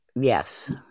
Yes